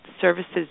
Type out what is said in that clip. services